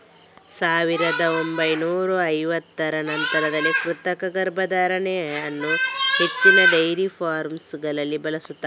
ಸಾವಿರದ ಒಂಬೈನೂರ ಐವತ್ತರ ನಂತರದಲ್ಲಿ ಕೃತಕ ಗರ್ಭಧಾರಣೆ ಅನ್ನು ಹೆಚ್ಚಿನ ಡೈರಿ ಫಾರ್ಮಗಳಲ್ಲಿ ಬಳಸ್ತಾರೆ